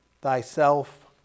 thyself